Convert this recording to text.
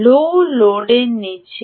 লো লোডের নীচে